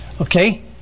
Okay